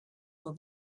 nur